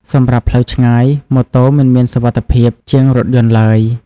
សម្រាប់ផ្លូវឆ្ងាយ ម៉ូតូ មិនសូវមានសុវត្ថិភាព ជាងរថយន្តឡើយ។